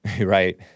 Right